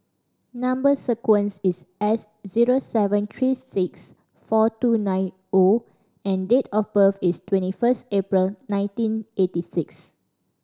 number sequence is S zero seven three six four two nine O and date of birth is twenty first April nineteen eighty six